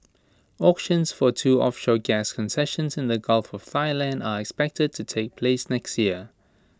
auctions for two offshore gas concessions in the gulf of Thailand are expected to take place next year